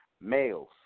males